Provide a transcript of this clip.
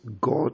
God